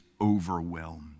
overwhelmed